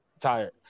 tired